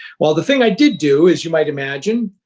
well, the thing i did do, as you might imagine,